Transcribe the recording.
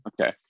Okay